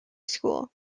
school